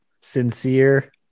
sincere